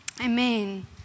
Amen